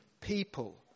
people